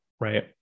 right